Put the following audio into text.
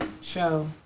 show